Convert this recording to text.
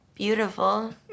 Beautiful